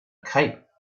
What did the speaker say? cape